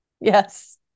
yes